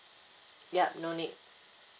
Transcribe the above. yup no need